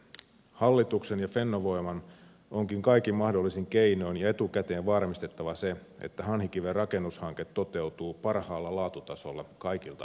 hallituksen ja fennovoiman onkin kaikin mahdollisin keinoin ja etukäteen varmistettava se että hanhikiven rakennushanke toteutuu parhaalla laatutasolla kaikilta osin